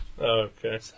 Okay